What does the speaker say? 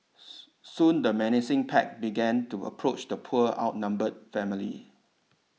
soon the menacing pack began to approach the poor outnumbered family